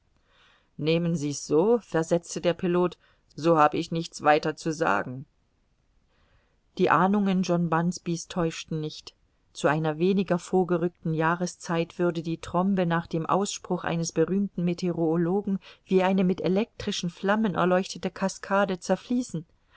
nehmen sie's so versetzte der pilot so hab ich nichts weiter zu sagen die ahnungen john bunsby's täuschten nicht zu einer weniger vorgerückten jahreszeit würde die trombe nach dem ausspruch eines berühmten meteorologen wie eine mit elektrischen flammen erleuchtete cascade zerfließen